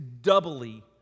doubly